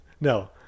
No